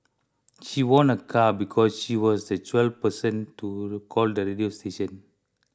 she won a car because she was the twelfth person to call the radio station